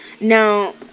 Now